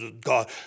God